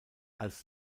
als